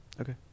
Okay